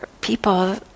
people